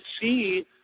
see